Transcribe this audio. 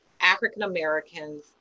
African-Americans